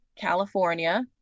California